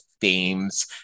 themes